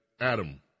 Adam